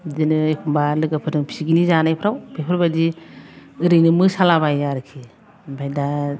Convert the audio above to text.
बिदिनो एखनबा लोगोफोरजों पिकनिक जानायफ्राव बेफोरबायदि ओरैनो मोसालाबाया आरोखि ओमफ्राय दा